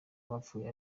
bapfuye